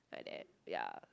like that ya